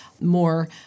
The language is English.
more